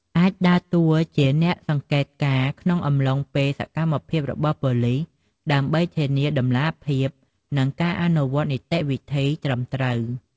អាចដើរតួជាអ្នកសង្កេតការណ៍ក្នុងអំឡុងពេលសកម្មភាពរបស់ប៉ូលីស ដើម្បីធានាតម្លាភាព និងការអនុវត្តនីតិវិធីត្រឹមត្រូវ។